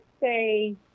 say